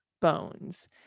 bones